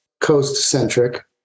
Coast-centric